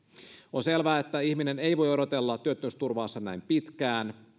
on selvää että ihminen ei voi odotella työttömyysturvaansa näin pitkään